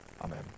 Amen